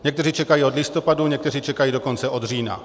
Někteří čekají od listopadu, někteří čekají dokonce od října.